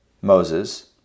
Moses